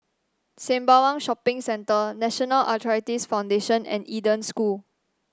Sembawang Shopping Centre National Arthritis Foundation and Eden School